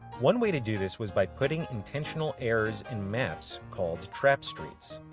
one way to do this was by putting intentional errors in maps called trap streets.